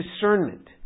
discernment